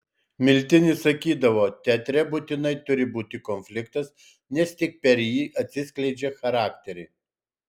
miltinis sakydavo teatre būtinai turi būti konfliktas nes tik per jį atsiskleidžia charakteriai